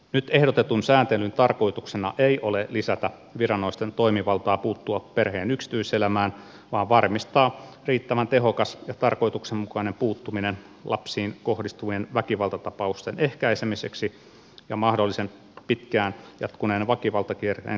nyt ehdotetun sääntelyn tarkoituksena ei ole lisätä viranomaisten toimivaltaa puuttua perheen yksityiselämään vaan varmistaa riittävän tehokas ja tarkoituksenmukainen puuttuminen lapsiin kohdistuvien väkivaltatapausten ehkäisemiseksi ja mahdollisen pitkään jatkuneen väkivaltakierteen katkaisemiseksi